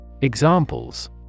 Examples